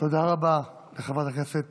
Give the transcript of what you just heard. תודה רבה לחברת הכנסת